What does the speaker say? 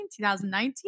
2019